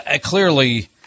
clearly